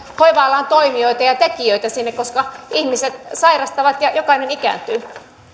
hoiva alan toimijoita ja ja tekijöitä koska ihmiset sairastavat ja jokainen ikääntyy